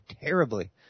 terribly